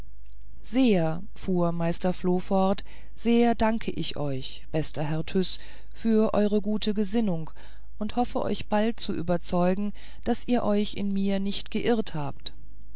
sehr fuhr meister floh fort sehr danke ich euch bester herr tyß für eure gute gesinnung und hoffe euch bald zu überzeugen daß ihr euch in mir nicht geirrt habt